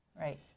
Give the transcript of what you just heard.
right